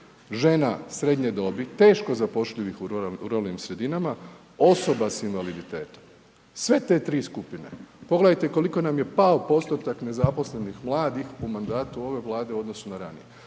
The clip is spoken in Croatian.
žena srednje dobi, teško zapošljivih u ruralnim sredinama osoba s invaliditetom, sve te tri skupine. Pogledajte koliko nam je pao postotak nezaposlenih mladih u mandatu ove Vlade u odnosu na ranije.